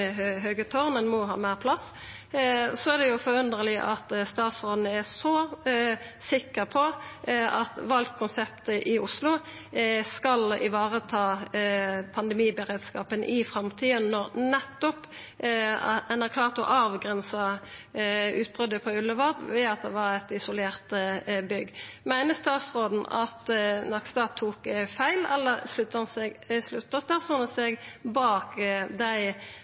høge tårn, ein må ha meir plass, er det forunderleg at statsråden er så sikker på at valt konsept i Oslo skal vareta pandemiberedskapen i framtida, når ein nettopp har klart å avgrensa utbrotet på Ullevål ved at ein hadde isolerte bygg. Meiner statsråden at Nakstad tok feil, eller stiller statsråden seg bak